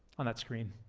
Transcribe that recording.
on that screen